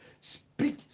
Speak